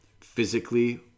Physically